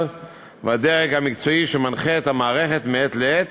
והדרג המקצועי שמנחה את המערכת מעת לעת,